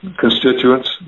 constituents